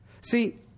See